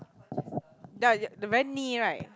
yea the very 腻 right